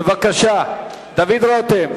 בבקשה, דוד רותם.